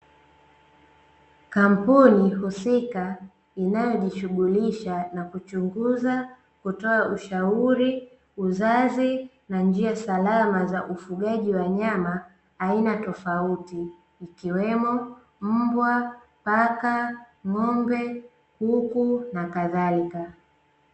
Kampuni husika inayojishughulisha na kuchunguza, kutoa ushauri, uzazi na njia salama za ufugaji wanyama aina tofauti, ikiwemo: mbwa, paka, ng'ombe, kuku na kadhalika.